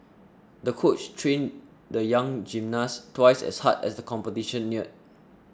the coach trained the young gymnast twice as hard as the competition neared